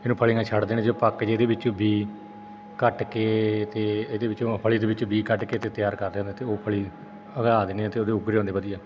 ਇਹਨੂੰ ਫਲੀਆਂ ਛੱਡ ਦੇਣੀ ਜੇ ਪੱਕ ਜੇ ਇਹਦੇ ਵਿੱਚ ਬੀਜ਼ ਕੱਟ ਕੇ ਅਤੇ ਇਹਦੇ ਵਿੱਚੋਂ ਫਲੀ ਦੇ ਵਿੱਚੋਂ ਬੀਜ਼ ਕੱਢ ਕੇ ਅਤੇ ਤਿਆਰ ਕਰਦੇ ਹੁੰਦੇ ਅਤੇ ਉਹ ਫਲੀ ਉਗਾ ਦਿੰਦੇ ਹਾਂ ਅਤੇ ਉੱਗ ਜਾਂਦੇ ਆ ਵਧੀਆ